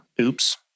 Oops